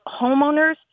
homeowners